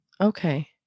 Okay